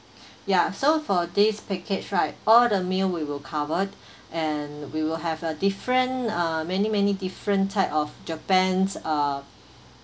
ya so for this package right all the meal we will cover and we will have a different uh many many different type of japan's uh